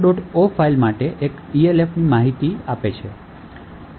o file માટે એક Elf માહિતી કહે છે